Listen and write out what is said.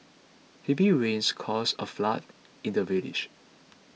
heavy rains caused a flood in the village